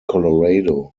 colorado